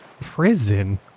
prison